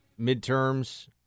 midterms